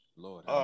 Lord